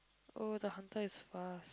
oh the hunter is fast